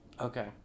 Okay